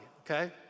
okay